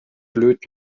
blöd